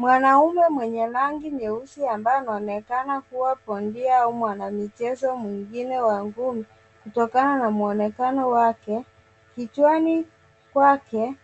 Mwanamume mwenye rangi nyeusi ambaye anaonekana kuwa bindia au mwanamichezo mwengine wa ngumi kutokana na mwonekano wake. Kichwani kwake